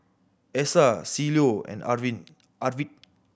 Essa Cielo and Arvid